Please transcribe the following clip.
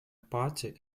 party